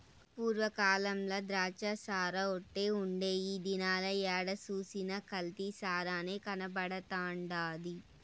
పూర్వ కాలంల ద్రాచ్చసారాఓటే ఉండే ఈ దినాల ఏడ సూసినా కల్తీ సారనే కనబడతండాది